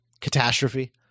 Catastrophe